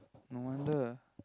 no wonder